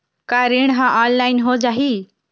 का ऋण ह ऑनलाइन हो जाही?